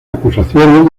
acusaciones